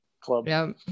club